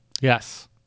Yes